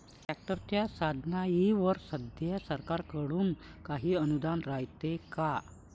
ट्रॅक्टरच्या साधनाईवर सध्या सरकार कडून काही अनुदान रायते का?